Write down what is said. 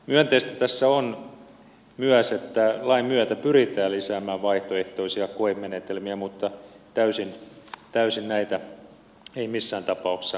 myönteistä tässä on myös että lain myötä pyritään lisäämään vaihtoehtoisia koemenetelmiä mutta täysin näitä ei missään tapauksessa voida korvata